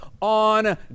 on